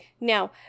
now